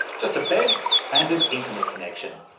just a bed and an internet connection.